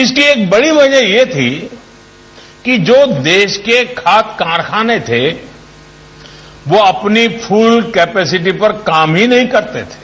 इसकी एक बड़ी वजह यह थी कि जो देश के खाद कारखाने थे वह अपनी फुल कैपिसिटी में काम ही नहीं कर रहे थे